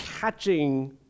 catching